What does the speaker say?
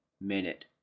Minute